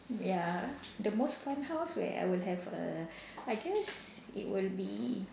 ya the most fun house where I would have a I guess it will be